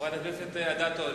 חברת הכנסת אדטו,